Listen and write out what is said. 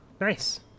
Nice